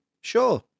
Sure